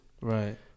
Right